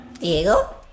Diego